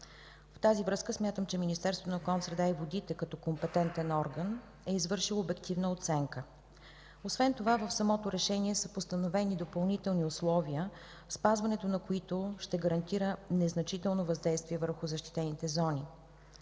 В тази връзка смятам, че Министерството на околната среда и водите като компетентен орган е извършило обективна оценка. Освен това в самото решение са постановени допълнителни условия, спазването на които ще гарантира незначително въздействие върху защитените зони.